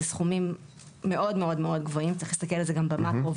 אלה סכומים מאוד גבוהים; צריך להסתכל על זה גם במאקרו,